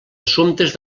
assumptes